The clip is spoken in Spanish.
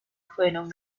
fueron